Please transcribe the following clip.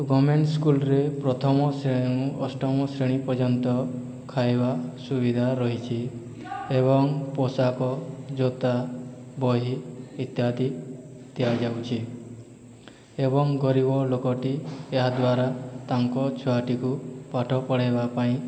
government ସ୍କୁଲରେ ପ୍ରଥମ ଶ୍ରେଣୀରୁ ଅଷ୍ଟମ ଶ୍ରେଣୀ ପର୍ଯ୍ୟନ୍ତ ଖାଇବା ସୁବିଧା ରହିଛି ଏବଂ ପୋଷାକ ଜୋତା ବହି ଇତ୍ୟାଦି ଦିଆଯାଉଛି ଏବଂ ଗରିବ ଲୋକଟି ଏହାଦ୍ଵାରା ତାଙ୍କ ଛୁଆଟିକୁ ପାଠ ପଢ଼େଇବା ପାଇଁ